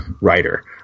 writer